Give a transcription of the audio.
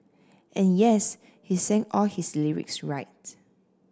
and yes he sang all his lyrics right